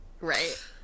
Right